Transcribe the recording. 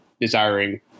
desiring